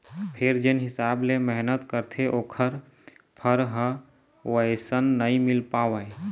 फेर जेन हिसाब ले मेहनत करथे ओखर फर ह वइसन नइ मिल पावय